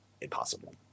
impossible